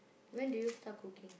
when do you start cooking